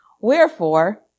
Wherefore